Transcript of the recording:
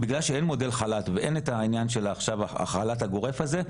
בגלל שאין מודל חל"ת כרגע ואין את העניין של החל"ת הגורף הזה,